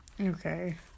okay